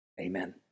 amen